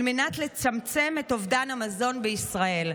על מנת לצמצם את אובדן המזון בישראל.